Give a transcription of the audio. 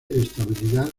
estabilidad